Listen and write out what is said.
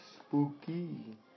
spooky